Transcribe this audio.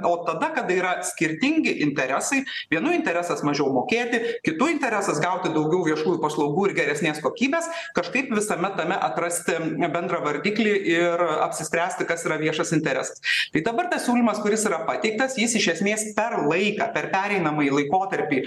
o tada kada yra skirtingi interesai vienų interesas mažiau mokėti kitų interesas gauti daugiau viešųjų paslaugų ir geresnės kokybės kažkaip visame tame atrasti bendrą vardiklį ir apsispręsti kas yra viešas interesas štai dabar tas siūlymas kuris yra pateiktas jis iš esmės per laiką per pereinamąjį laikotarpį